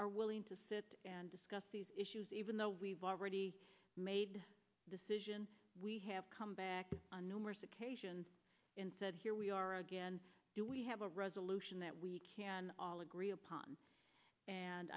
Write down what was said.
are willing to sit and discuss these issues even though we've already made a decision we have come back on numerous occasions and said here we are again do we have a resolution that we can all agree upon and